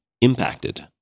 impacted